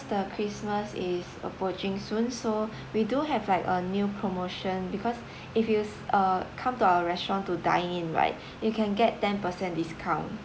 the christmas is approaching soon so we do have like a new promotion because if you uh come to our restaurant to dine in right you can get ten percent discount